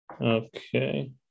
Okay